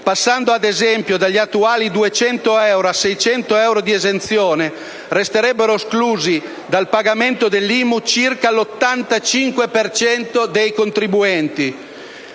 Passando, ad esempio, dagli attuali 200 euro a 600 euro di esenzione resterebbero esclusi dal pagamento dell'IMU circa l'85 per cento dei